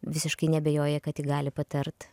visiškai neabejoja kad ji gali patart